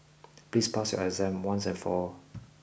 please pass your exam once and for all